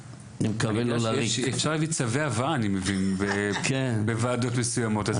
אפשר להביא צווי הבאה בוועדות מסוימות,